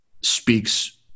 speaks